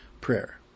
prayer